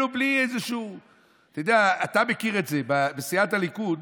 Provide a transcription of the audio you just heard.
אתה מכיר את זה בסיעת הליכוד,